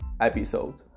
episode